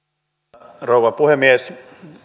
arvoisa rouva puhemies